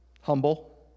humble